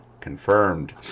confirmed